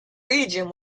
region